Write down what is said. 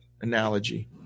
analogy